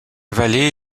vallée